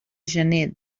gener